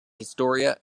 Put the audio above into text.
historia